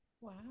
Wow